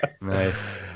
Nice